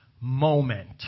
moment